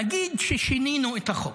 נגיד ששינינו את החוק,